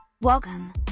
Welcome